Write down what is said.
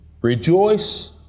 Rejoice